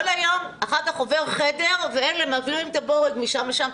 אחר כך עובר חדר, ואלה מעבירים את הבורג משם לשם.